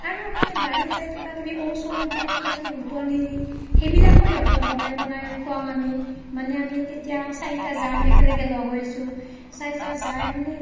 আৰু মানে বাৰীত যাই কিবাকিবি ঔ চৌ এইবিলাক কিবাকিবি বুটলি নি সেইবিলাকো সিহঁতক বনাই বনাই খুৱাওঁ আমি মানে আমি তেতিয়া চাৰিটা যাওঁ আমি একেলগে লগ হৈছোঁ চাৰিটা যাই মানে